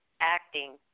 acting